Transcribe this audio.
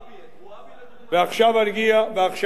ועכשיו אגיע לחברון.